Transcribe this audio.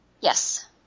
Yes